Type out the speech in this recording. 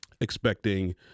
expecting